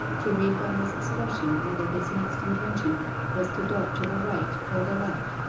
to read by his expression whether his next intention was to dart to the right or the left.